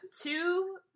two